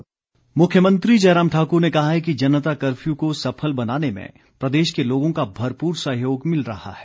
मुख्यमंत्री मुख्यमंत्री जयराम ठाकुर ने कहा है कि जनता कर्फ्यू को सफल बनाने में प्रदेश के लोगों का भरपूर सहयोग मिल रहा है